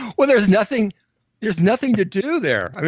well, there's nothing there's nothing to do there.